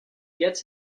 gets